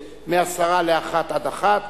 מ-12:50 עד 13:00,